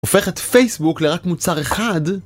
הופכת פייסבוק לרק מוצר אחד?